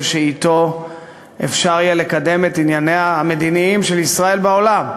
שאתו אפשר יהיה לקדם את ענייניה המדיניים של ישראל בעולם.